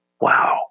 Wow